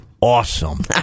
awesome